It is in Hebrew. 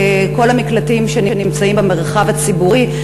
כל המקלטים שנמצאים במרחב הציבורי.